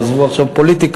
עזבו עכשיו פוליטיקה.